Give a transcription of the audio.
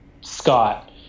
Scott